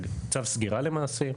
צו סגירה למעשה.